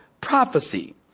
prophecy